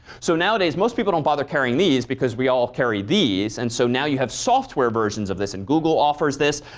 so nowadays most people don't bother carrying these because we all carry these. and so now you have software versions of this, and google offers this,